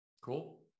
Cool